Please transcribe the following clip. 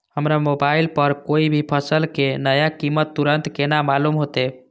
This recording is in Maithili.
हमरा मोबाइल पर कोई भी फसल के नया कीमत तुरंत केना मालूम होते?